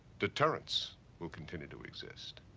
deterrence will continue to exist,